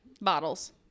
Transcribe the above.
Bottles